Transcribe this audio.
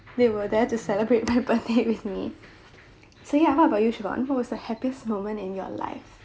they were there to celebrate my birthday with me so ya what about you chivonne what was the happiest moment in your life